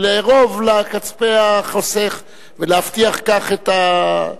ולערוב לכספי החוסך ולהבטיח כך את,